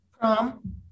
Prom